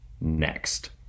Next